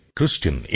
Christian